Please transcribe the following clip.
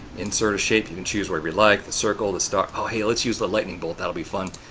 insert a shape. you can choose whatever you like. the circle, the star. oh, hey, let's use the lightning bolt. that'll be fun.